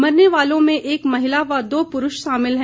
मरने वालों में एक महिला व दो पुरूष शामिल हैं